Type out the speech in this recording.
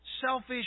selfish